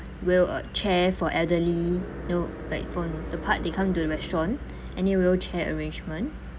wheelchair for elderly you know like for the part they come to the restaurant any wheelchair arrangement